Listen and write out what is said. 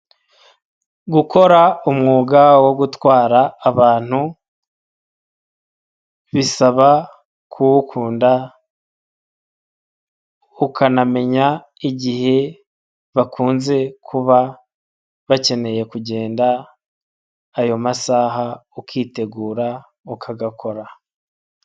Gukora umwuga wo gutwara abantu bisaba kuwukunda. Ukanamenya igihe bakunze kuba bakeneye kugenda, ayo masaha ukitegura ukagakora.